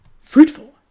fruitful